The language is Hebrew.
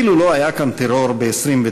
כאילו לא היה כאן טרור ב-1929,